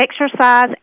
exercise